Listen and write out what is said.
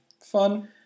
fun